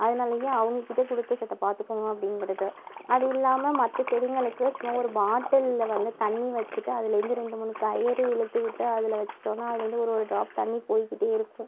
அதனாலேயே அவங்ககிட்ட கொடுத்து செத்த பார்த்துக்கோங்க அப்படிங்கிறது அது இல்லாமல் மற்ற செடிங்களுக்கு சும்மா ஒரு பாட்டில்ல வந்து தண்ணி வச்சிகிட்டு அதுலேயிருந்து ரெண்டு மூணு கயிறு இழுத்து விட்டு அதில் வச்சிட்டோம்னால் அதுலேருந்து ஒரு ஒரு ட்ராப் தண்ணி போய்கிட்டே இருக்கும்